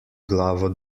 glavo